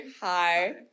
Hi